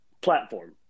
platform